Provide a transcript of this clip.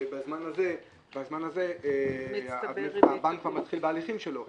ובזמן הזה הבנק כבר מתחיל בהליכים שלו.